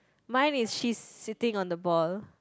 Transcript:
mine is she's sitting on the ball